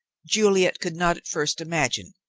juliet could not at first imagine,